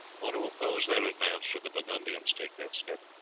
or to oppose their advance should the burgundians take that step.